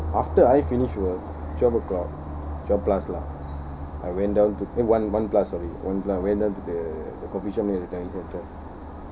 after I finish work twelve o'clock twelve plus lah I went down to one one plus sorry one plus went down to the the coffeeshop near the driving centre